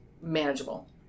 manageable